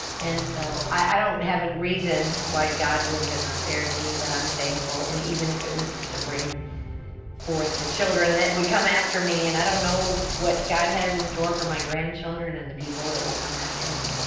and so, i don't have a reason, why god would have spared me, but i'm thankful, and even if it was just to bring forth the children that would come after me, and i don't know what god has in store for my grandchildren and the people that will come after me,